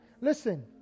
Listen